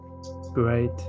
Great